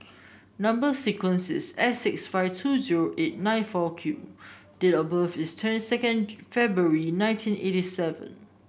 number sequence is S six five two zero eight nine four Q date of birth is twenty second February nineteen eighty seven